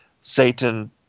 Satan